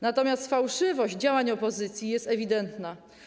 Natomiast fałszywość działań opozycji jest ewidentna.